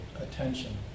attention